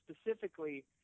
specifically